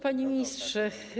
Panie Ministrze!